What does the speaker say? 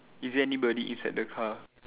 is there anybody inside the car